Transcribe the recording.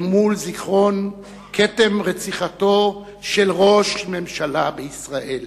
אל מול זיכרון כתם רציחתו של ראש ממשלה בישראל.